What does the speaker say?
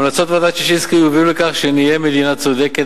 המלצות ועדת-ששינסקי יובילו לכך שנהיה מדינה צודקת